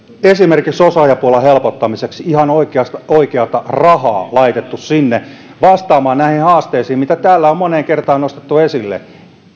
esimerkiksi osaajapulan helpottamiseksi ihan oikeata rahaa laitettu sinne vastaamaan näihin haasteisiin mitä täällä on moneen kertaan nostettu esille